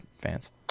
fans